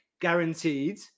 guaranteed